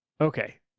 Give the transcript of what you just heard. okay